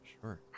sure